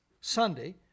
Sunday